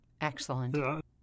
Excellent